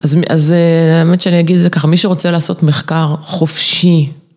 אז האמת שאני אגיד את זה ככה, מי שרוצה לעשות מחקר חופשי